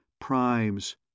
Primes